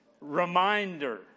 reminder